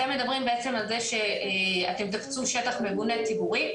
אתם מדברים בעצם על זה שאתם תקצו שטח מבונה ציבורי.